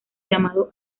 llamado